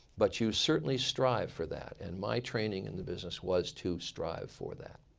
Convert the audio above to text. but you certainly strive for that. and my training in the business was to strive for that.